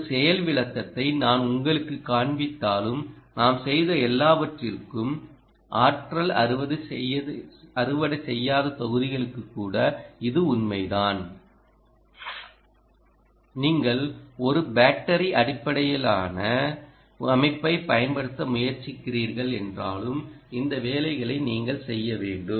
ஒரு செயல் விளக்கத்தை நான் உங்களுக்குக் காண்பித்தாலும் நாம் செய்த எல்லாவற்றிற்கும் ஆற்றல் அறுவடை செய்யாத தொகுதிகளுக்கு கூட இது உண்மைதான் நீங்கள் ஒரு பேட்டரி அடிப்படையிலான அமைப்பைப் பயன்படுத்த முயற்சிக்கிறீர்கள் என்றாலும் இந்த வேலைகளை நீங்கள் செய்ய வேண்டும்